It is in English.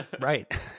Right